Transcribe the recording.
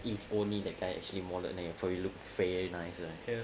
if only the guy actually more than then you probably look fairly nice lah